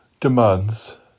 demands